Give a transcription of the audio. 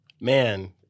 Man